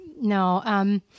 No